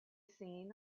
seen